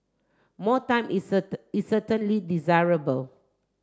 more time is is certainly desirable